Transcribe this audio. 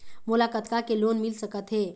मोला कतका के लोन मिल सकत हे?